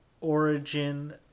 origin